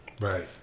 Right